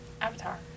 Avatar